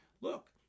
look